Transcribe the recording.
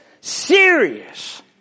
serious